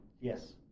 Yes